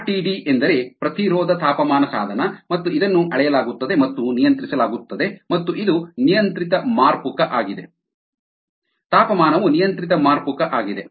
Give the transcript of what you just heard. RTD ಎಂದರೆ ಪ್ರತಿರೋಧ ತಾಪಮಾನ ಸಾಧನ ಮತ್ತು ಇದನ್ನು ಅಳೆಯಲಾಗುತ್ತದೆ ಮತ್ತು ನಿಯಂತ್ರಿಸಲಾಗುತ್ತದೆ ಮತ್ತು ಇದು ನಿಯಂತ್ರಿತ ಮಾರ್ಪುಕ ಆಗಿದೆ ತಾಪಮಾನವು ನಿಯಂತ್ರಿತ ಮಾರ್ಪುಕ ಆಗಿದೆ